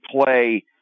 play